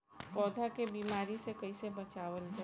पौधा के बीमारी से कइसे बचावल जा?